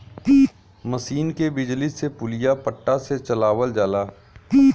मसीन के बिजली से पुलिया पट्टा से चलावल जाला